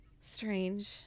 strange